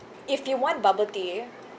if you want bubble tea